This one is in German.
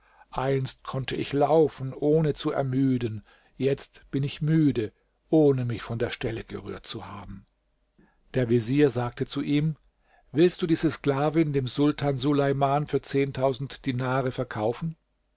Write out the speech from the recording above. einst konnte ich laufen ohne zu ermüden jetzt bin ich müde ohne mich von der stelle gerührt zu haben der vezier sagte zu ihm willst du diese sklavin dem sultan suleimann für dinare verkaufen